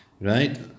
right